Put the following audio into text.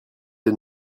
the